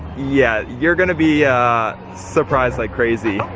yeah, you're gonna be surprised like crazy.